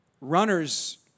Runners